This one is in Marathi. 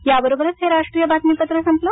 याबरोबरच हे राष्ट्रीय बातमीपत्र संपलं